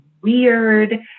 weird